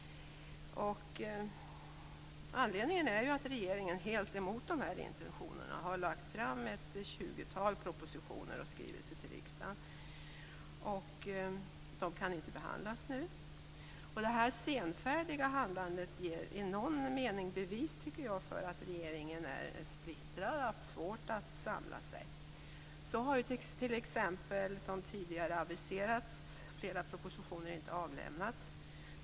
Anledningen är att regeringen, helt mot intentionerna, till riksdagen har lagt fram ett tjugotal propositioner och skrivelser som inte kan behandlas nu. Detta senfärdiga handlande ger, tycker jag, i någon mening bevis för att regeringen är splittrad och för att man har haft svårt att samla sig. T.ex. har, som tidigare aviserats, flera propositioner inte avlämnats.